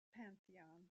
pantheon